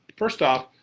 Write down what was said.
first off,